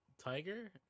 tiger